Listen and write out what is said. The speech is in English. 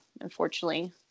unfortunately